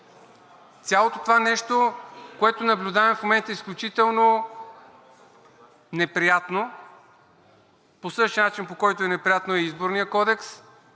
Цялото това нещо, което наблюдаваме в момента, е изключително неприятно. По същия начин, по който е неприятно и Изборният кодекс,